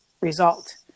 result